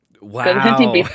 Wow